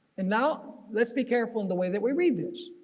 and now let's be careful in the way that we read this.